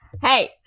hey